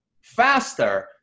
faster